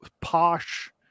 posh